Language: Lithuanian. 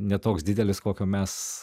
ne toks didelis kokio mes